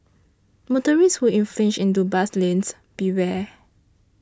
motorists who infringe into bus lanes beware